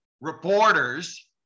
reporters